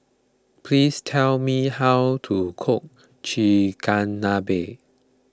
please tell me how to cook Chigenabe